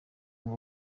ngo